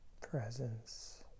Presence